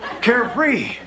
carefree